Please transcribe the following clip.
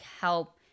help